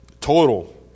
total